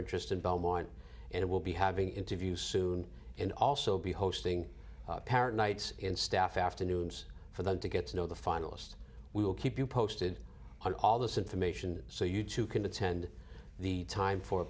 interest in beaumont and we'll be having interview soon and also be hosting parent nights and staff afternoons for them to get to know the finalists we will keep you posted on all this information so you too can attend the time for